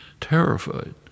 terrified